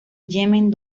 yemen